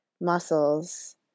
muscles